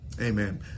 Amen